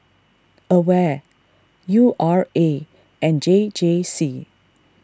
Aware U R A and J J C